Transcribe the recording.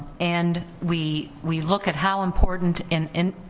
and we we look at how important and and